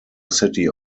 city